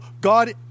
God